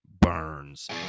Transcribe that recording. burns